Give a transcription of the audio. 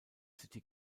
city